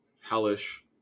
hellish